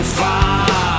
far